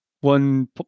one